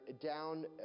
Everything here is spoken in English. down